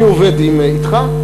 אני עובד אתך,